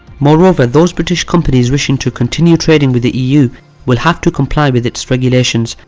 moreover, those british companies wishing to continue trading with the eu will have to comply with its regulations,